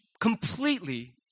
completely